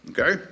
Okay